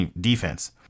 defense